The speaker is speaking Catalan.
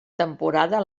temporada